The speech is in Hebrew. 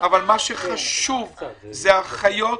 אבל חשוב לציין את האחיות.